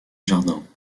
jardins